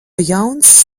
jauns